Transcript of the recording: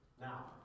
Now